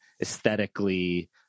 aesthetically